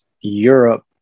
Europe